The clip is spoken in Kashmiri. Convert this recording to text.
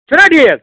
چھُ نا ٹھیٖک